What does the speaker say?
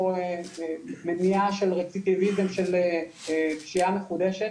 או למניעה של פשיעה מחודשת.